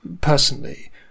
personally